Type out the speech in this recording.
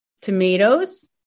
tomatoes